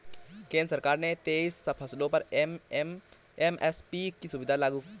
केंद्र सरकार ने तेईस फसलों पर एम.एस.पी की सुविधा लागू की हुई है